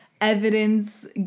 evidence